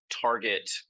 target